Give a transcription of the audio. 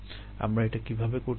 আমরা এটা কীভাবে করতে পারি